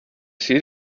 see